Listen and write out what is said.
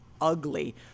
ugly